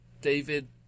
David